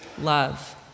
love